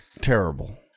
terrible